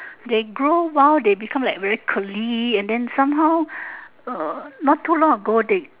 they grow while they become like very curly and then somehow uh not too long ago they